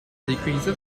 decreases